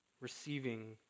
Receiving